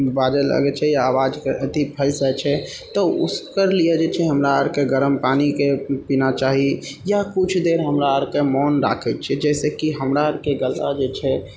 बाजऽ लागय छै आवाजके अथी फँसि जाइ छै तऽ उसके लिए जे छै हमरा आरके गरम पानिके पीना चाही या कुछ देर हमरा आरके मोन राखय छियै जैसे कि हमरा आरके गला जे छै